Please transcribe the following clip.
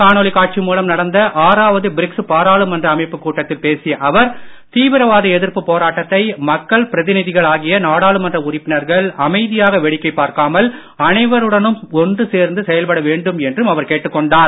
காணொளி காட்சி மூலம் நடந்த ஆறாவது பிரிக்ஸ் பாராளமன்ற அமைப்பு கூட்டத்தில் பேசிய அவர் தீவிரவாத எதிர்ப்பு போராட்டத்தை மக்கள் பிரதிநிதிகளாகிய நாடாளுமன்ற உறுப்பினர்கள் அமைதியாக வேடிக்கை பார்க்காமல் அனைவருடனும் ஒன்று சேர்ந்து செயல்பட வேண்டும் என்றும் அவர் கேட்டுக் கொண்டார்